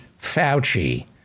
Fauci